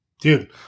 dude